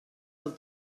del